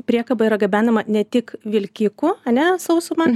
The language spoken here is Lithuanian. priekaba yra gabenama ne tik vilkiku ane sausuma